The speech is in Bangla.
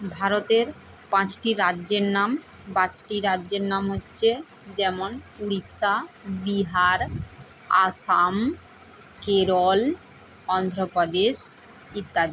ভারতের পাঁচটি রাজ্যের নাম বাচটি রাজ্যের নাম হচ্ছে যেমন উড়িষ্যা বিহার আসাম কেরল অন্ধ্রপ্রদেশ ইত্যাদি